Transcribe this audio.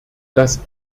das